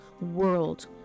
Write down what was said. world